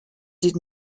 did